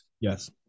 yes